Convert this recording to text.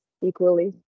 equally